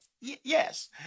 yes